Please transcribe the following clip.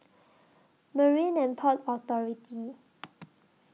Marine and Port Authority